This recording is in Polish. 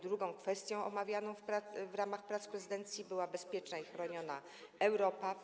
Drugą kwestią omawianą w ramach prac prezydencji była bezpieczna i chroniona Europa.